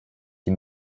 die